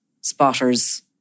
spotters